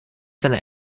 seiner